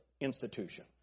institution